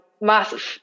massive